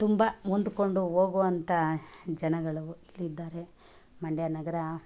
ತುಂಬ ಹೊಂದಿಕೊಂಡು ಹೋಗುವಂಥ ಜನಗಳು ಇಲ್ಲಿದ್ದಾರೆ ಮಂಡ್ಯ ನಗರ